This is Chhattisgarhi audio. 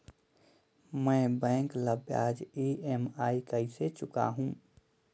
मैं बैंक ला ब्याज ई.एम.आई कइसे चुकाहू?